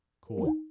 Cool